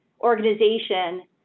organization